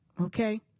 okay